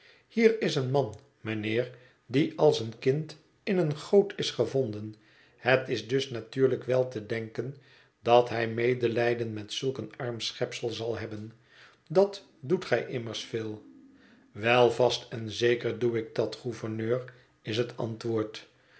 hier is een man mijnheer die als een kind in eene goot is gevonden het is dus natuurlijk wel te denken dat hij medelijden met zulk een arm schepsel zal hebben dat doet gij immers phil wel vast en zeker doe ik dat gouverneur is het antwoord